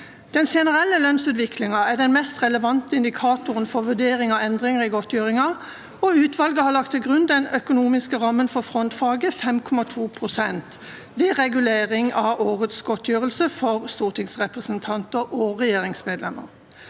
Den generelle lønnsutviklingen er den mest relevante indikatoren for vurdering av endring i godtgjørelsen, og utvalget har lagt til grunn den økonomiske rammen for frontfaget på 5,2 pst. ved regulering av årets godtgjørelse for stortingsrepresentanter og regjeringsmedlemmer.